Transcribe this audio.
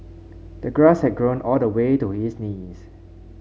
the grass had grown all the way to his knees